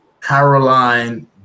Caroline